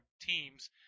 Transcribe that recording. teams